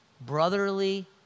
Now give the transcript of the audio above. brotherly